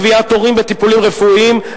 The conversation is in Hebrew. קביעת תורים בטיפולים רפואיים),